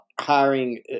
hiring